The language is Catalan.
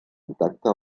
intacte